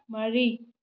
ꯃꯔꯤ